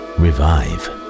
revive